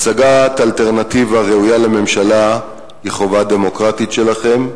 הצגת אלטרנטיבה ראויה לממשלה היא חובה דמוקרטית שלכם,